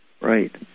Right